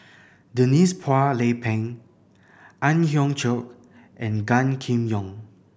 Denise Phua Lay Peng Ang Hiong Chiok and Gan Kim Yong